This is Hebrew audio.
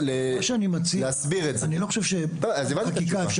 אני עוד לא הבנתי.